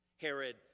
Herod